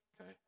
okay